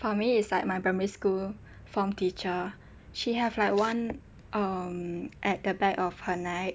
for me it's like my primary school form teacher she have like one um at the back of her neck